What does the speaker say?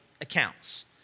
accounts